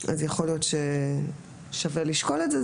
יכול להיות ששווה לשקול את זה.